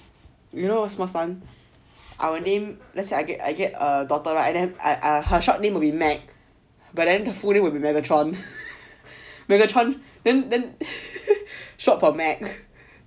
you know what's more stun I'll name let's say I get I get err daughter right her short name will be meg but then her full name will be megatron megatron then then short for meg